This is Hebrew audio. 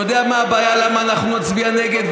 אתה יודע מה הבעיה, למה נצביע נגד?